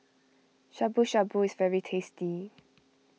Shabu Shabu is very tasty